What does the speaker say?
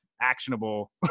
Actionable